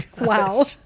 Wow